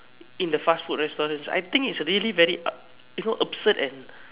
in the fast food restaurants I think it's really very ab you know absurd and